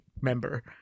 member